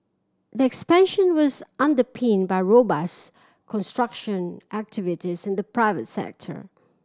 the expansion was underpinned by robust construction activities in the private sector